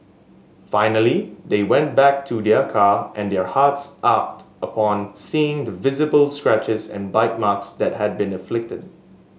finally they went back to their car and their hearts ached upon seeing the visible scratches and bite marks that had been inflicted